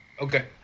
Okay